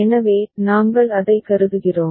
எனவே நாங்கள் அதை கருதுகிறோம்